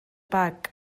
bag